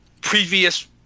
previous